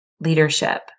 leadership